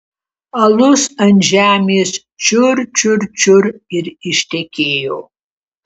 alus ant žemės čiur čiur čiur ir ištekėjo